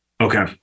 Okay